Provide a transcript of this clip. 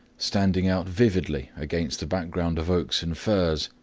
standing out vividly against the background of oaks and firs,